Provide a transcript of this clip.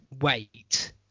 wait